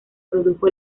produjo